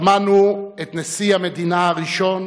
שמענו את נשיא המדינה הראשון,